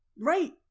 Right